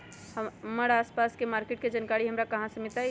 हमर आसपास के मार्किट के जानकारी हमरा कहाँ से मिताई?